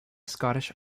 scottish